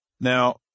Now